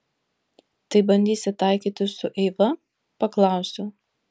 tai bandysi taikytis su eiva paklausiau